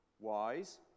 wise